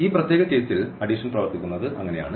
ഈ പ്രത്യേക കേസിൽ അഡിഷൻ പ്രവർത്തിക്കുന്നത് അങ്ങനെയാണ്